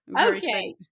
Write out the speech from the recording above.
okay